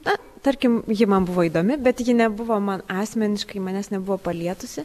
na tarkim ji man buvo įdomi bet ji nebuvo man asmeniškai manęs nebuvo palietusi